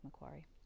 Macquarie